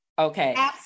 Okay